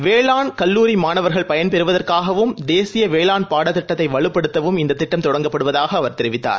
வேளாண் கல்லூரிமாணவர்கள் பயன் பெறுவதற்காகவும் தேசியவேளாண் பாடத்திட்டத்தைவலுப்படுத்தவும் இந்ததிட்டம் தொடங்கப்படுவதாகஅவர் தெரிவித்தார்